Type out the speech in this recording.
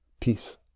peace